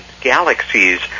galaxies